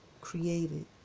created